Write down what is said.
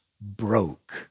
broke